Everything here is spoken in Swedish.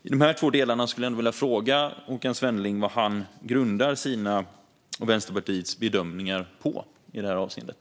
I de två delarna skulle jag vilja fråga Håkan Svenneling vad han grundar sina och Vänsterpartiets bedömningar på i det här avseendet.